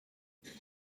though